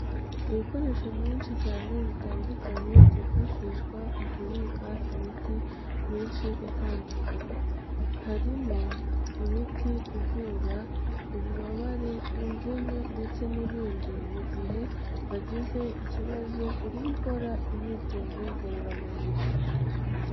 Ibikoresho byinshi cyane bitandukanye byifashishwa mu kubika imiti myinshi itandukanye. Harimo imiti ivura ububabare, imvune ndetse n'ibindi mu gihe wagize ikibazo uri gukora imyitozo ngororamubiri.